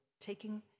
taking